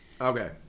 okay